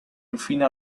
infine